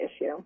issue